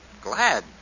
Glad